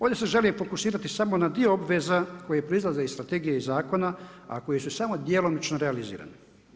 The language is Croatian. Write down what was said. One se žele fokusirati samo na dio obveza koje proizlaze iz strategije i zakona a koje su samo djelomično realizirane.